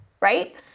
right